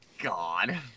god